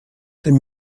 dem